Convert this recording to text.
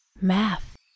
math